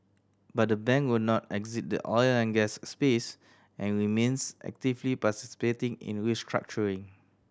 but the bank will not exit the oil and gas space and remains actively participating in restructuring